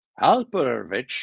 Alperovich